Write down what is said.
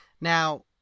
Now